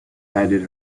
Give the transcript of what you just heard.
added